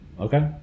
Okay